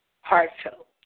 heartfelt